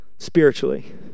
Spiritually